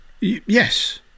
Yes